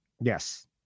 yes